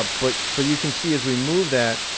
ah but but you can see, as we move that,